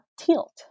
tilt